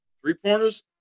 Three-pointers